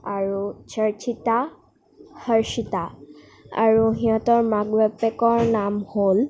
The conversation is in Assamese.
আৰু ছৰছিতা হৰ্ষিতা আৰু সিহঁতৰ মাক বাপেকৰ নাম হ'ল